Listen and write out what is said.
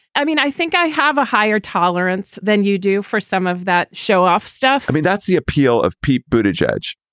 i mean, i think i have a higher tolerance than you do for some of that show off stuff i mean, that's the appeal of pete budo, but judge.